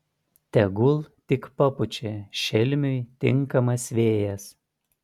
tegul tik papučia šelmiui tinkamas vėjas